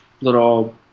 little